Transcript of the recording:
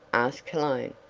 asked cologne.